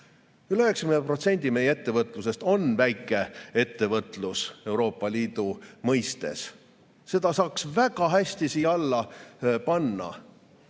Üle 90% meie ettevõtlusest on väikeettevõtlus Euroopa Liidu mõistes, seda saaks väga hästi siia alla panna.